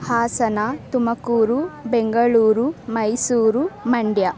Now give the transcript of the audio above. Hassan Tumakuru Bengaluru Mysuru Mandya